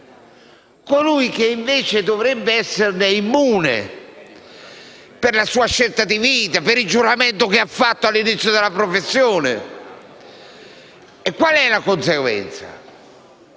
qualcuno che invece dovrebbe esserne immune per la sua scelta di vita e per il giuramento che ha fatto all'inizio della professione. Se leggete